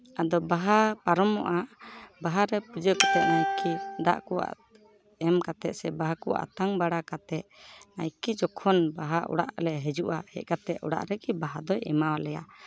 ᱟᱫᱚ ᱵᱟᱦᱟ ᱯᱟᱨᱚᱢᱚᱜᱼᱟ ᱵᱟᱦᱟ ᱨᱮ ᱯᱩᱡᱟᱹ ᱯᱟᱴᱟ ᱮᱢᱠᱤ ᱫᱟᱜ ᱠᱚ ᱮᱢ ᱠᱟᱛᱮ ᱥᱮ ᱵᱟᱦᱟ ᱠᱚ ᱟᱛᱟᱝ ᱵᱟᱲᱟ ᱠᱟᱛᱮ ᱱᱟᱭᱠᱮ ᱡᱚᱠᱷᱚᱱ ᱵᱟᱦᱟ ᱚᱲᱟᱜ ᱞᱮ ᱦᱤᱡᱩᱜᱼᱟ ᱦᱮᱡ ᱠᱟᱛᱮ ᱚᱲᱟᱜ ᱨᱮᱜᱮ ᱵᱟᱦᱟ ᱫᱚᱭ ᱮᱢᱟᱣᱟᱞᱮᱭᱟ